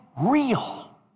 real